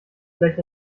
gleich